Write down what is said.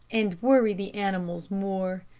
and worry the animals more.